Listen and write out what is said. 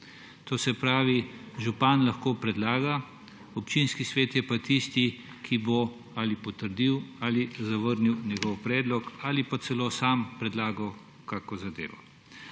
To se pravi, župan lahko predlaga, občinski svet je pa tisti, ki bo potrdil ali zavrnil njegov predlog ali pa celo sam predlagal kakšno zadevo.